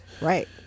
Right